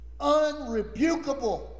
unrebukable